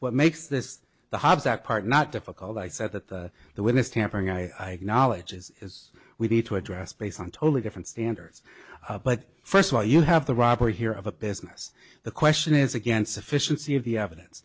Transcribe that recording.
what makes this the hobbs that part not difficult i said that the witness tampering i knowledge is is we need to address based on totally different standards but first of all you have the robbery here of a business the question is against sufficiency of the evidence